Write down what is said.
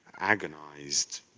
agonized